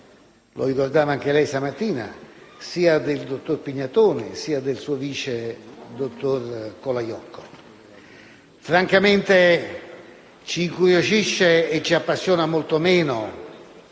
ha ricordato anche lei, signor Ministro - sia del dottor Pignatone, sia del suo vice, dottor Colaiocco. Francamente ci incuriosisce e appassiona molto meno